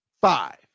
five